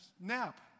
nap